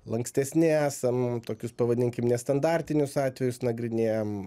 lankstesni esam tokius pavadinkim nestandartinius atvejus nagrinėjam